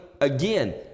again